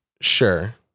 Sure